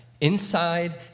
inside